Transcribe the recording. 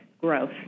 growth